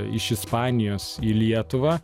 iš ispanijos į lietuvą